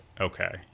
okay